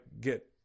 get